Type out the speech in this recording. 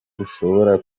ushobora